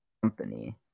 company